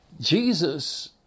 Jesus